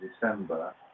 December